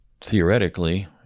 theoretically